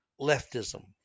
leftism